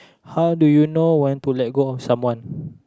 how do you know when to let go of someone